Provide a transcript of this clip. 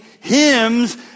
hymns